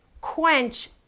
quench